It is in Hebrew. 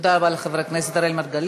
תודה רבה לחבר הכנסת אראל מרגלית.